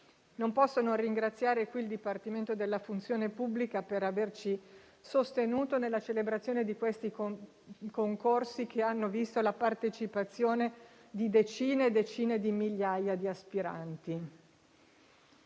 Non posso non ringraziare qui il Dipartimento della funzione pubblica per averci sostenuto nella celebrazione di questi concorsi, che hanno visto la partecipazione di decine e decine di migliaia di aspiranti.